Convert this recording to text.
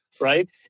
right